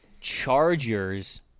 Chargers